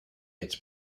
its